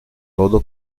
todo